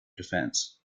defence